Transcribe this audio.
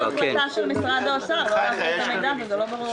מבקשים ממשרד האוצר ומאיתנו ואנחנו מציגים נתונים.